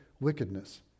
wickedness